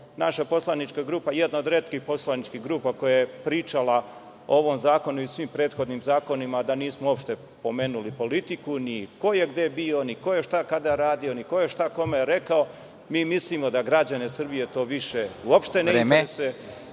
naša poslanička grupa jedna od retkih poslaničkih grupa koja je pričala o ovom zakonu i svim prethodnim zakonima, a da nismo uopšte pomenuli politiku, ni ko je gde bio, ni ko je šta kada radio, ni ko je šta kome rekao. Mislimo da građane Srbije to više uopšte ne